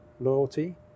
loyalty